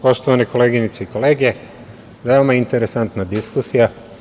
Poštovane koleginice i kolege, veoma interesantna diskusija.